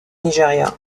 nigeria